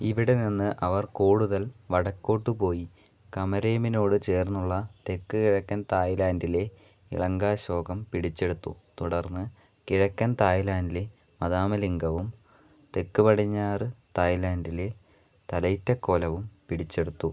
ഇവിടെ നിന്ന് അവർ കൂടുതൽ വടക്കോട്ട് പോയി കമരേമിനോട് ചേർന്നുള്ള തെക്ക് കിഴക്കൻ തായ്ലാൻഡിലെ ഇളങ്കാശോകം പിടിച്ചെടുത്തു തുടർന്ന് കിഴക്കൻ തായ്ലാൻഡിലെ മതാമലിംഗവും തെക്ക് പടിഞ്ഞാറ് തായ്ലാൻഡിലെ തലൈറ്റക്കോലവും പിടിച്ചെടുത്തു